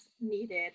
needed